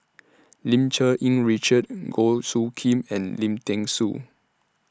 Lim Cherng Yih Richard Goh Soo Khim and Lim Thean Soo